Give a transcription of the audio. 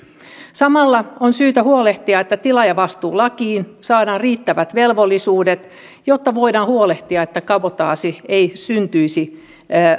samalla on syytä huolehtia että tilaajavastuulakiin saadaan riittävät velvollisuudet jotta voidaan huolehtia että kabotaasi ei syntyisi